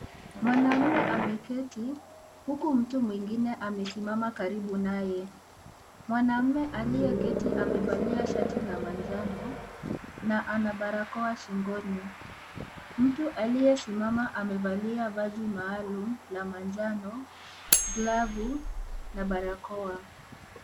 Mwanamume ameketi huku mtu mwengine amesimama karibu naye. Mwanamume aliyeketi amevalia shati la manjano na ana barakoa shingoni. Mtu aliyesimama amevalia vazi maalum la manjano, glavu na barakoa.